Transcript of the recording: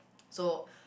so